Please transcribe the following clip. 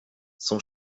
son